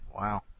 wow